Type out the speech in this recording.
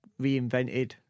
reinvented